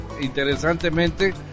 interesantemente